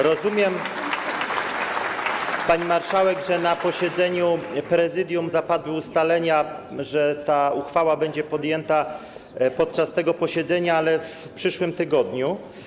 Rozumiem, pani marszałek, że na posiedzeniu Prezydium zapadły ustalenia, że ta uchwała będzie podjęta podczas tego posiedzenia, ale w przyszłym tygodniu.